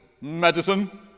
medicine